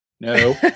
no